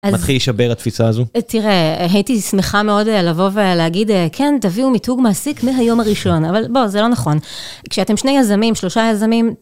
מתחיל להישבר את התפיסה הזו? תראה, הייתי שמחה מאוד לבוא ולהגיד, כן, תביאו מיתוג מעסיק מהיום הראשון, אבל בוא, זה לא נכון. כשאתם שני יזמים, שלושה יזמים...